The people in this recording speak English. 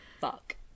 Fuck